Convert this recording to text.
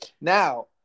Now